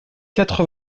quatre